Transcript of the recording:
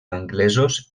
anglesos